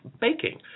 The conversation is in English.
baking